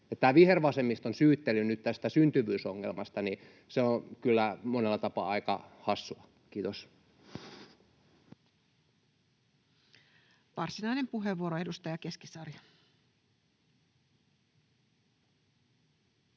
vihervasemmiston syyttely nyt tästä syntyvyysongelmasta on kyllä monella tapaa aika hassua. — Kiitos. Varsinainen puheenvuoro, edustaja Keskisarja.